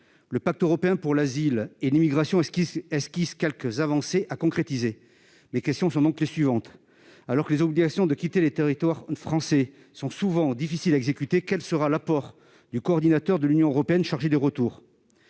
Le pacte européen pour l'asile et les migrations esquisse quelques avancées qu'il convient de concrétiser. Mes questions sont donc les suivantes. Alors que les obligations de quitter le territoire français sont souvent difficiles à exécuter, quel sera l'apport du coordinateur de l'Union européenne chargé des retours ?